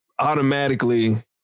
Automatically